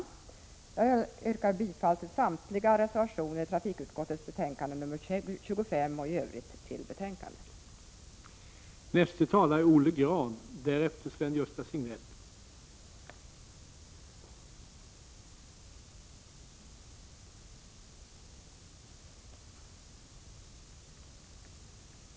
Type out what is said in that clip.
Jag yrkar bifall till samtliga reservationer i trafikutskottets betänkande nr 25 och i övrigt till utskottets hemställan.